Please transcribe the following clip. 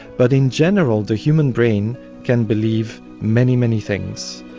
but in general the human brain can believe many, many things,